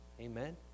Amen